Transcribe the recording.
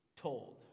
told